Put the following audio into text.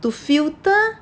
to filter